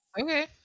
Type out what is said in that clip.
Okay